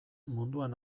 munduan